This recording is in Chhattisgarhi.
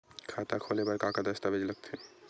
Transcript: खाता खोले बर का का दस्तावेज लगथे?